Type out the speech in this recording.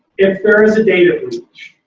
if there is a data breach.